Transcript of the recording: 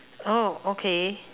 oh okay